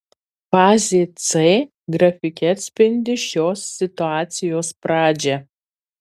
fazė c grafike atspindi šios situacijos pradžią